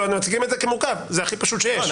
מציגים את זה כמורכב, אבל זה הכי פשוט שיש.